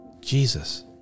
Jesus